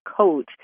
coach